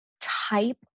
type